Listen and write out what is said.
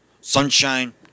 Sunshine